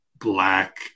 black